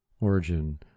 Origin